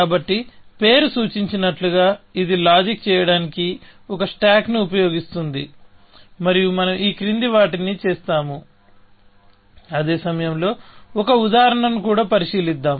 కాబట్టి పేరు సూచించినట్లుగా ఇది లాజిక్ చేయడానికి ఒక స్టాక్ను ఉపయోగిస్తుంది మరియు మనం ఈ క్రింది వాటిని చేస్తాము అదే సమయంలో ఒక ఉదాహరణను కూడా పరిశీలిద్దాం